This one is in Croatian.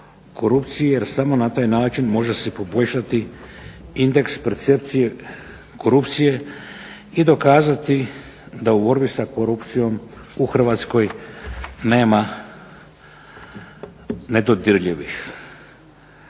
jer samo na taj način može se poboljšati indeks percepcije korupcije i dokazati da u borbi sa korupcijom u Hrvatskoj nema nedodirljivih.